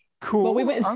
cool